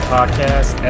Podcast